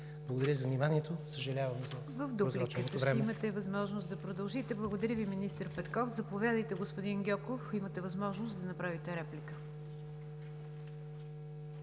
Благодаря за вниманието. Съжалявам за просроченото време.